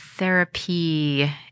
Therapy